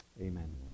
amen